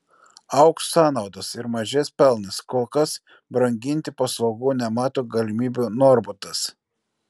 augs sąnaudos ir mažės pelnas kol kas branginti paslaugų nemato galimybių norbutas